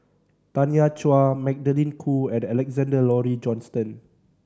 Tanya Chua Magdalene Khoo and Alexander Laurie Johnston